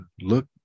Look